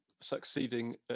succeeding